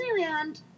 Disneyland